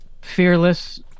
fearless